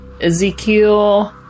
Ezekiel